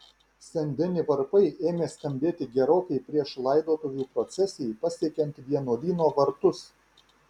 sen deni varpai ėmė skambėti gerokai prieš laidotuvių procesijai pasiekiant vienuolyno vartus